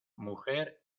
mujer